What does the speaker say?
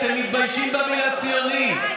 אתם מתביישים במילה "ציוני".